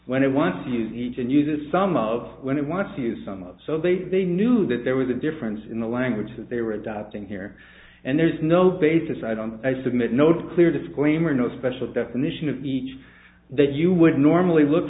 when they want to use each and uses some of when they want to use some of the they knew that there was a difference in the language that they were adopting here and there is no basis i don't submit know to clear disclaimer no special definition of each that you would normally look